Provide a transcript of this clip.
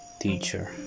teacher